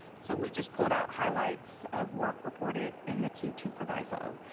so we just put out highlights of work reported in the q two proviso.